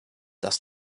dass